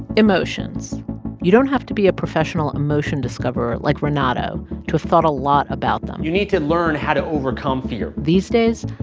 emotions you don't have to be a professional emotion discoverer like renato to have thought a lot about them you need to learn how to overcome fear these days,